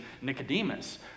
Nicodemus